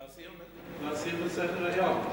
להסיר מסדר-היום.